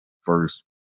first